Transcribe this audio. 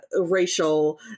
racial